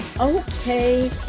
Okay